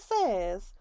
says